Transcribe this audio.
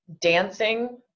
Dancing